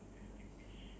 ya